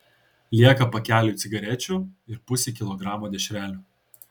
lieka pakeliui cigarečių ir pusei kilogramo dešrelių